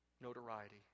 notoriety